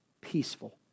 Peaceful